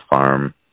farm